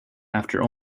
after